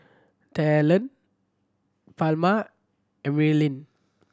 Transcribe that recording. Talan Palma Emeline